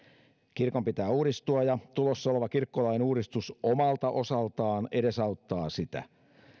kirkon pitää uudistua ja tulossa oleva kirkkolain uudistus omalta osaltaan edesauttaa sitä